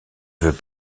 veut